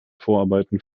vorarbeiten